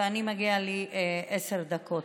ולי מגיעות עשר דקות.